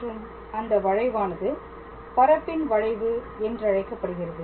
மற்றும் அந்த வளைவானது பரப்பின் வளைவு என்றழைக்கப்படுகிறது